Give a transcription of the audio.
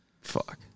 fuck